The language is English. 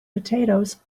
potatoes